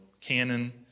canon